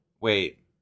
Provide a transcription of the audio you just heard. Wait